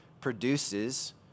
produces